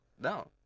No